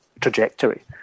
trajectory